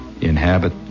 inhabit